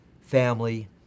family